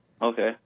Okay